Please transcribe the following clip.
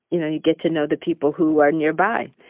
you know, you get to know the people who are nearby.